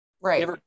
right